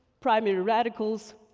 primary radicals,